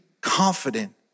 confident